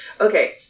Okay